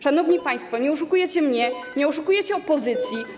Szanowni państwo, nie oszukujecie mnie, nie oszukujecie opozycji.